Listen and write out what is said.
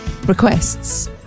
requests